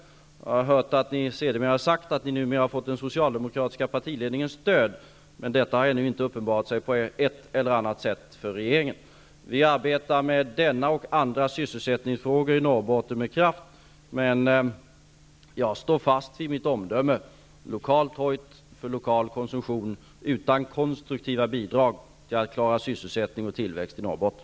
Jag har hört att ni sedermera har sagt att ni har fått den socialdemokratiska partiledningens stöd, men detta har ännu inte uppenbarat sig för regeringen. Vi arbetar med denna och andra sysselsättningsfrågor i Norrbotten med kraft, men jag står fast vid mitt omdöme: Det var lokalt hojt för lokal konsumtion utan konstruktiva bidrag för att klara sysselsättning och tillväxt i Norrbotten.